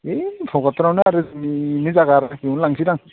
ओय भगतपारायावनो आरो मोननै जायागा बेयावनो लांसैदां